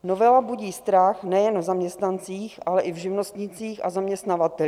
Novela budí strach nejen v zaměstnancích, ale i v živnostnících a zaměstnavatelích.